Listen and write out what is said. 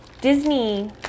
Disney